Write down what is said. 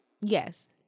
Yes